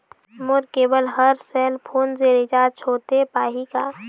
मोर केबल हर cell phone से रिचार्ज होथे पाही का?